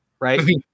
right